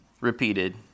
repeated